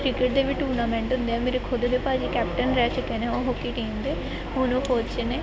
cricket ਦੇ ਵੀ tournament ਹੁੰਦੇ ਆ ਮੇਰੇ ਖੁਦ ਦੇ ਭਾਜੀ ਕੈਪਟਨ ਰਹਿ ਚੁੱਕੇ ਨੇ ਉਹ ਹੋਕੀ ਟੀਮ ਦੇ ਹੁਣ ਉਹ ਕੋਚ ਨੇ